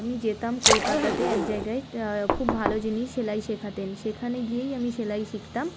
আমি যেতাম কলকাতাতে এক জায়গায় খুব ভালো যিনি সেলাই শেখাতেন সেখানে গিয়েই আমি সেলাই শিখতাম